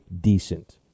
decent